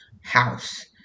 house